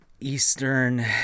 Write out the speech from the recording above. Eastern